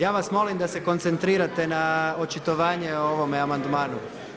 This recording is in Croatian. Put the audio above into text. Ja vas molim da se koncentrirate na očitovanje o ovome amandmanu.